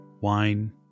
wine